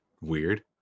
weird